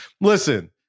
listen